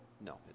No